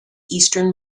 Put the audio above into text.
eastern